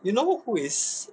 you know who is